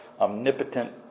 omnipotent